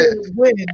win